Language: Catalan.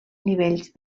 nivells